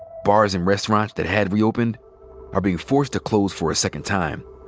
bars and restaurants that had reopened are being forced to close for a second time.